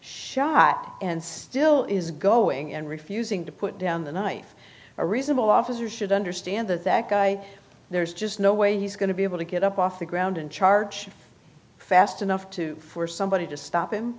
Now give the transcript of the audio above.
shot and still is going and refusing to put down the knife a reasonable officer should understand that that guy there's just no way he's going to be able to get up off the ground and charge fast enough to force somebody to stop him